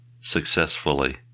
successfully